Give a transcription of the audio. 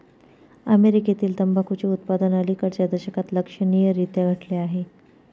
अमेरीकेतील तंबाखूचे उत्पादन अलिकडच्या दशकात लक्षणीयरीत्या घटले आहे